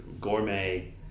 gourmet